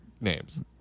names